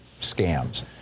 scams